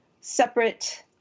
separate